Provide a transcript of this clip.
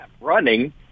running